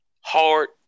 hard